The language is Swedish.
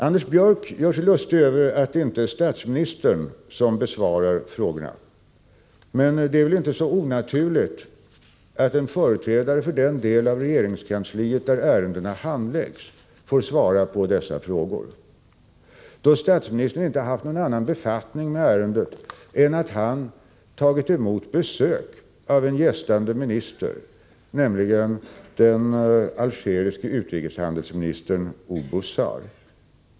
Anders Björck gör sig lustig över att det inte är statsministern som besvarar frågorna. Men det är väl inte så onaturligt att en företrädare för den del av regeringskansliet där ärendena handläggs får svara på dessa frågor. Statsministern har inte haft någon annan befattning med ärendet än att han har tagit emot besök av en gästande minister, nämligen den algeriske utrikeshandelsministern Oubouzar.